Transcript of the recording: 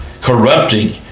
corrupting